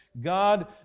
God